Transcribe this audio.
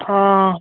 ହଁ